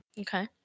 Okay